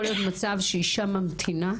יכול להיות מצב שאישה ממתינה?